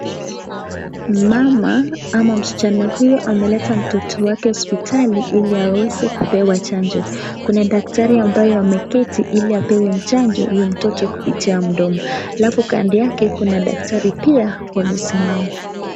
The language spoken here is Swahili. Mama ama mschana huyu ameleta mtoto wake hospitali ili aweze kupewa chanjo, kuna daktari ambaye ameketi iliape mchanjo huyo mtoto kupitia mdomo, alafu kando yake kuna daktari pia amesimama.